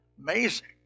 Amazing